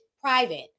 private